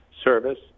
service